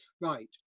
Right